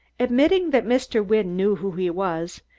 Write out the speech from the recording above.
admitting that mr. wynne knew who he was,